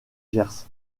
gers